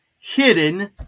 hidden